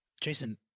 Jason